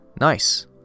Nice